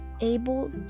able